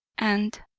and,